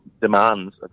demands